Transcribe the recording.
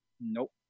nope